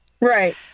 Right